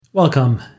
Welcome